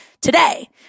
today